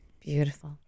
Beautiful